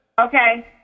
Okay